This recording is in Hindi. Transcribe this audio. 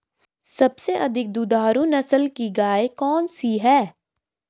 सबसे अधिक दुधारू नस्ल की गाय कौन सी है?